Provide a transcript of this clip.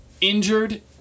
injured